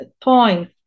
point